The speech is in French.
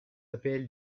apl